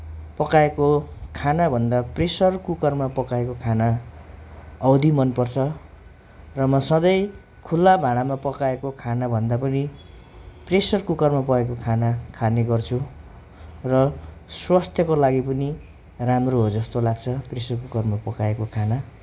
पकाएको खानाभन्दा प्रेसर कुकरमा पकाएको खाना औधी मनपर्छ र म सधैँ खुल्ला भाँडामा पकाएको खानाभन्दा पनि प्रेसर कुकरमा पकाएको खाना खाने गर्छु र स्वास्थ्यको लागि पनि राम्रो हो जस्तो लाग्छ प्रेसर कुकरमा पकाएको खाना